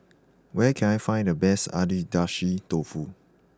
where can I find the best Agedashi dofu